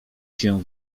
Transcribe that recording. się